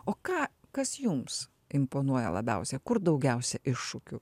o ką kas jums imponuoja labiausia kur daugiausia iššūkių